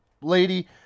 lady